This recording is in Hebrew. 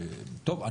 טוב,